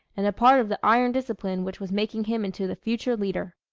and a part of the iron discipline which was making him into the future leader.